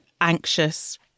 anxious